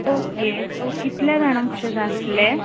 okay so कितले जाणांक कशें जाय आसलें